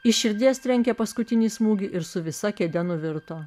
iš širdies trenkė paskutinį smūgį ir su visa kėde nuvirto